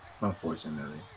Unfortunately